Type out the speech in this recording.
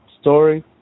story